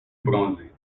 bronze